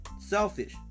selfish